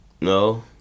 No